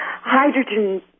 hydrogen